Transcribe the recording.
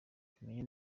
tumenye